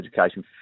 education